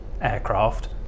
aircraft